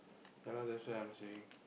ya lah that's why I'm saying